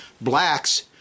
Blacks